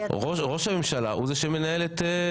ראש הממשלה הוא זה שמנהל את ישיבות הממשלה.